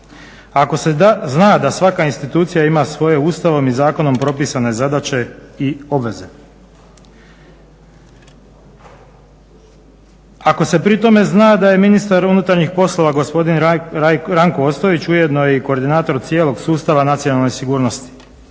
Ako se zna da svaka institucija ima svoje ustavom i zakonom propisane zadaće i obveze, ako se pri tome zna da je ministar unutarnjih poslova gospodin Ranko Ostojić ujedno i koordinator cijelog sustava nacionalne sigurnosti,